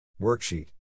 Worksheet